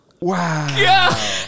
Wow